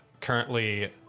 currently